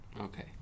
Okay